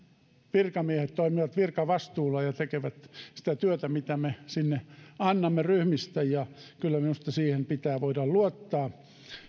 virkamiehet toimivat virkavastuulla ja tekevät sitä työtä mitä me sinne annamme ryhmistä ja kyllä minusta siihen pitää voida luottaa